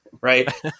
right